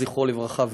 זכרו לברכה,